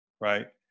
right